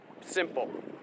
simple